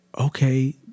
okay